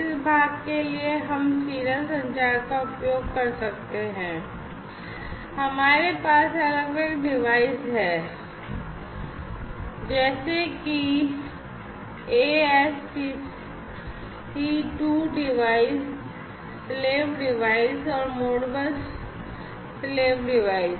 इस भाग के लिए हम serial संचार का उपयोग कर सकते हैं और हमारे पास अलग अलग डिवाइस हैं जैसे कि ASC II device slave device और Modbus slave डिवाइस